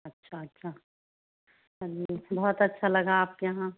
अच्छा अच्छा हाँ जी बहुत अच्छा लगा आपके यहाँ